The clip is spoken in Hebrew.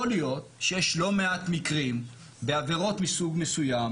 יכול להיות שיש לא מעט מקרים בעבירות מסוג מסוים,